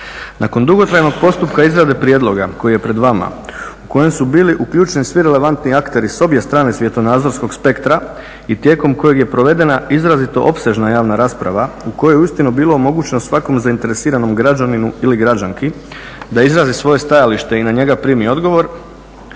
Nakon dugotrajnog postupka izrade prijedloga koji je pred vama u kojem su bili uključeni svi relevantni akteri s obje strane svjetonazorskog spektra i tijekom kojeg je provedena izrazito opsežna javna rasprava u kojoj je uistinu bilo omogućeno svakom zainteresiranom građaninu ili građanki da izrazi svoje stajalište i na njega primi odgovor